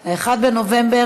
בעד,